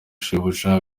shebuja